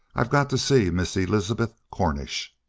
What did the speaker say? i've got to see miss elizabeth cornish.